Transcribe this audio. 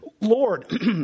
lord